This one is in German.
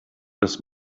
das